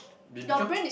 they become